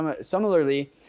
similarly